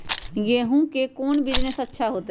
गेंहू के कौन बिजनेस अच्छा होतई?